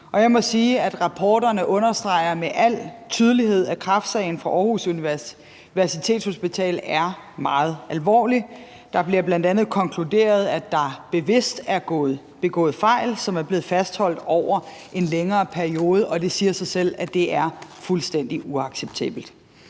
Og jeg må sige, at rapporterne med al tydelighed understreger, at kræftsagen fra Aarhus Universitetshospital er meget alvorlig. Der bliver bl.a. konkluderet, at der bevidst er begået fejl, som er blevet fastholdt over en længere periode, og det siger sig selv, at det er fuldstændig uacceptabelt.